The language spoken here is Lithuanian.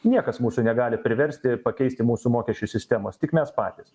niekas mūsų negali priversti pakeisti mūsų mokesčių sistemos tik mes patys